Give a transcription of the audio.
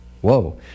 Whoa